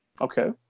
Okay